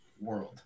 world